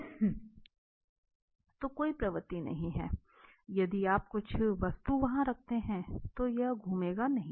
तो कोई प्रवृत्ति नहीं है यदि आप कुछ वस्तु वहां रखते हैं तो यह घूमेगा नहीं